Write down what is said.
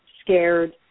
scared